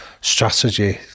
strategy